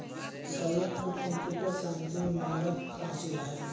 सैयद को computer science में महारत हासिल है